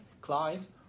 clients